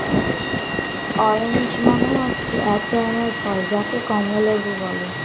orange মানে হচ্ছে এক ধরনের ফল যাকে কমলা লেবু বলে